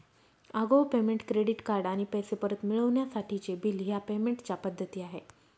आगाऊ payment, credit card आणि पैसे परत मिळवण्यासाठीचे बिल ह्या पेमेंट च्या पद्धती आहे